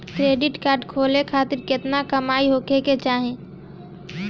Credit card खोले खातिर केतना कमाई होखे के चाही?